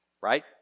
right